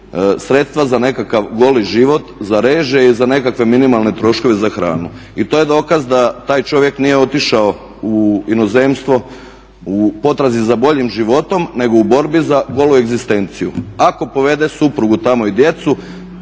sredstva za nekakav goli život, za režije i za nekakve minimalne troškove za hranu. I to je dokaz da taj čovjek nije otišao u inozemstvo u potrazi za boljim životom, nego u borbi za golu egzistenciju. Ako povede suprugu tamo i djecu,